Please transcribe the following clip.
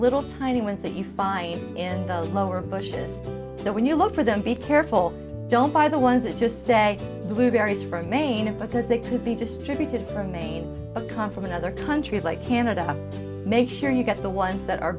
little tiny ones that you find in those lower bushes so when you look for them be careful don't buy the ones that just say blueberries remain in because they could be distributed from maine come from another country like canada make sure you get the ones that are